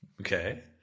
Okay